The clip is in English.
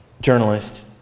journalist